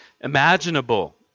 imaginable